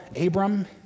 Abram